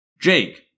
Jake